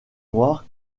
noires